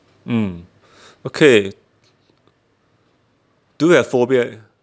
mm okay do you have phobia